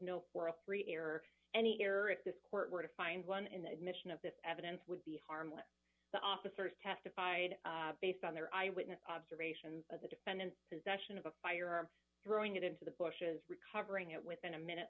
no for a three error any error at this court where to find one in the admission of this evidence would be harmless the officers testified based on their eyewitness observations as a defendant possession of a firearm throwing it into the bushes recovering it within a minute